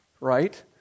right